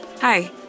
Hi